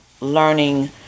learning